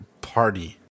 party